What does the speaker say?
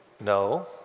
no